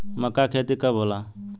मक्का के खेती कब होला?